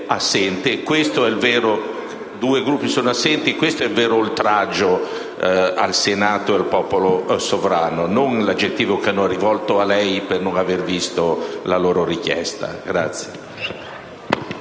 due Gruppi sono assenti. Questo è il vero oltraggio al Senato e al popolo sovrano, non l'aggettivo che hanno rivolto a lei per non avere visto la loro richiesta.